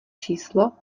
číslo